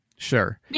Sure